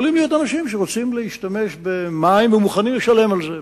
יכולים להיות אנשים שרוצים להשתמש במים ומוכנים לשלם על זה.